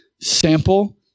Sample